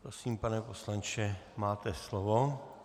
Prosím, pane poslanče, máte slovo.